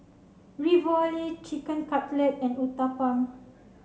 Ravioli Chicken Cutlet and Uthapam